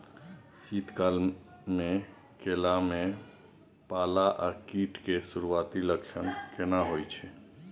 शीत काल में केला में पाला आ कीट के सुरूआती लक्षण केना हौय छै?